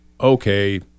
okay